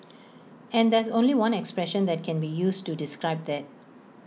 and there's only one expression that can be used to describe that